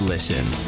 Listen